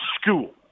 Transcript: school